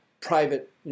private